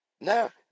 No